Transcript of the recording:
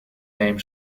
name